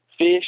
Fish